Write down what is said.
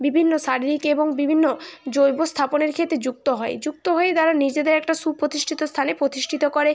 বিভিন্ন শারীরিক এবং বিভিন্ন জৈব স্থাপনের ক্ষেত্রে যুক্ত হয় যুক্ত হয়ে তারা নিজেদের একটা সুপ্রতিষ্ঠিত স্থানে প্রতিষ্ঠিত করে